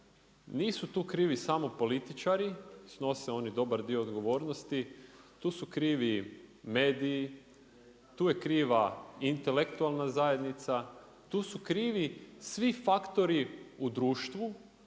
Nisu tu krivi samo političari, snose oni dobar dio odgovornosti, tu su krivi mediji, tu je kriva intelektualna zajednica, tu su krivi svi faktori u društvu